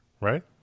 Right